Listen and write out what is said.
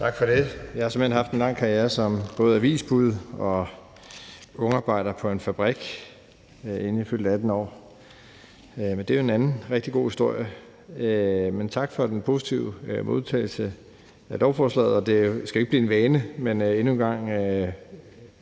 Tak for det. Jeg har simpelt hen haft en lang karriere både som avisbud og ungarbejder på en fabrik, inden jeg fyldte 18 år, men det er jo en anden rigtig god historie. Tak for den positive modtagelse af lovforslaget, og det skal jo ikke blive en vane, men der er endnu en gang